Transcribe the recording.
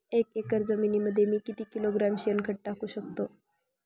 एक एकर जमिनीमध्ये मी किती किलोग्रॅम शेणखत टाकू शकतो?